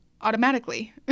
automatically